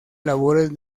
labores